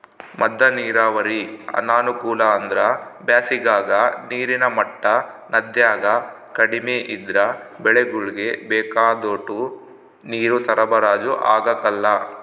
ಮದ್ದ ನೀರಾವರಿ ಅನಾನುಕೂಲ ಅಂದ್ರ ಬ್ಯಾಸಿಗಾಗ ನೀರಿನ ಮಟ್ಟ ನದ್ಯಾಗ ಕಡಿಮೆ ಇದ್ರ ಬೆಳೆಗುಳ್ಗೆ ಬೇಕಾದೋಟು ನೀರು ಸರಬರಾಜು ಆಗಕಲ್ಲ